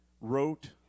wrote